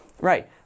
right